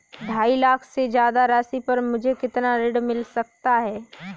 ढाई लाख से ज्यादा राशि पर मुझे कितना ऋण मिल सकता है?